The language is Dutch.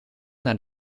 naar